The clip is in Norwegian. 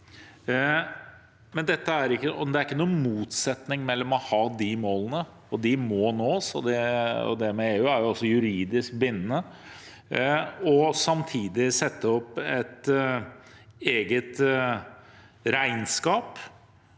Det er ikke noen motsetning mellom å ha de målene – og de må nås, og det med EU er også juridisk bindende – og samtidig sette opp et eget regnskap,